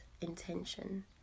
intention